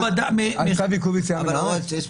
על צו עיכוב יציאה מהארץ?